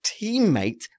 teammate